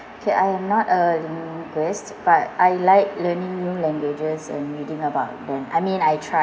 okay I am not a linguist but I like learning new languages and reading about them mean I try